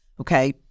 okay